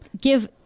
give